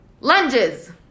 Lunges